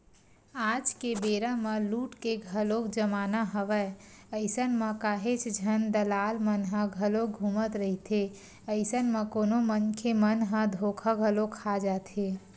आज के बेरा म लूट के घलोक जमाना हवय अइसन म काहेच झन दलाल मन ह घलोक घूमत रहिथे, अइसन म कोनो मनखे मन ह धोखा घलो खा जाथे